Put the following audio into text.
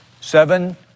Seven